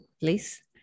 please